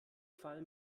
fall